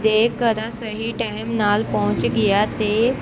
ਦੇ ਘਰ ਸਹੀ ਟਾਈਮ ਨਾਲ ਪਹੁੰਚ ਗਿਆ ਅਤੇ